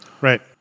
Right